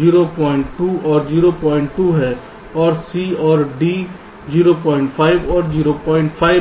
02 और 02 है और C और D 05 और 05 हैं